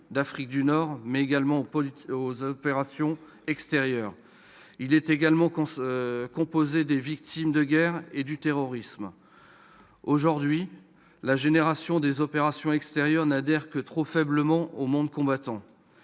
d'Afrique du Nord, mais également aux opérations extérieures. Il est également composé des victimes de guerre et du terrorisme. Aujourd'hui, la génération des opérations extérieures n'adhère que trop faiblement au monde combattant.